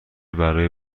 برای